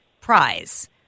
prize